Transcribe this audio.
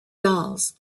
dolls